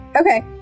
Okay